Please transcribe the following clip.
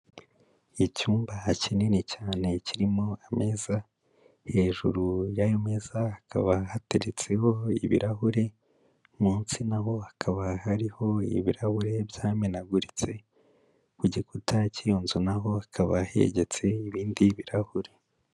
Icyumba kinini cyane kirimo ameza, hejuru y'ayo meza hakaba hateretseho ibirahuri, munsi na ho hakaba hariho ibirahure byamenaguritse, ku gikuta cy'iyo nzu na ho hakaba hegetse ibindi birahuri.